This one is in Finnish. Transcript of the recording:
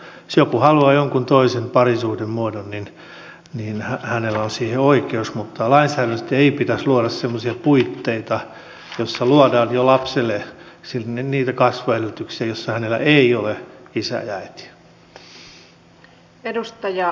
jos joku haluaa jonkun toisen parisuhdemuodon niin hänellä on siihen oikeus mutta lainsäädännöllisesti ei pitäisi luoda semmoisia puitteita joissa luodaan jo lapselle niitä kasvuedellytyksiä joilla hänellä ei ole isää ja äitiä